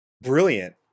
brilliant